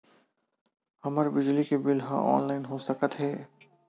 हमर बिजली के बिल ह ऑनलाइन हो सकत हे?